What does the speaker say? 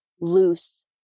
loose